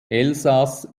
elsass